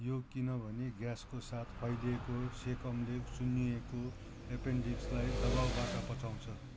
यो किनभने ग्यासको साथ फैलिएको सेकमले सुन्निएको एपेन्डिक्सलाई दबाउबाट बचाउँछ